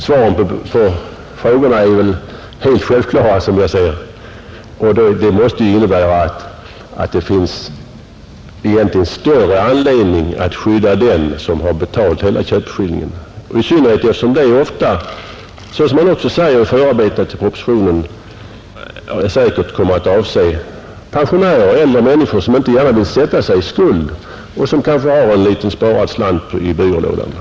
Svaren på frågorna är som jag ser det helt självklara, och de måste innebära att det egentligen finns större anledning att skydda den som betalat hela köpeskillingen, i synnerhet som det säkerligen ofta — det säger man också i förarbetena till propositionen — kommer att gälla pensionärer och andra människor som inte gärna vill sätta sig i skuld och som kanske har en liten sparad slant i byrålådan.